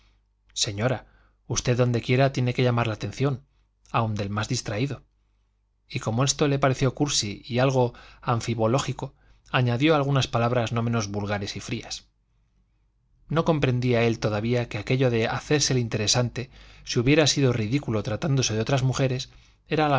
señora usted donde quiera tiene que llamar la atención aun del más distraído y como esto le pareció cursi y algo anfibológico añadió algunas palabras no menos vulgares y frías no comprendía él todavía que aquello de hacerse el interesante si hubiera sido ridículo tratándose de otras mujeres era